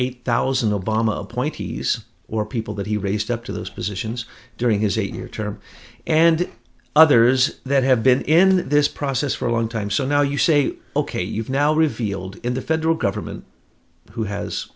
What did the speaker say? eight thousand obama appointees or people that he raced up to those positions during his eight year term and others that have been in this process for a long time so now you say ok you've now revealed in the federal government who has